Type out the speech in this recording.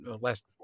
last